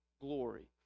glory